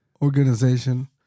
Organization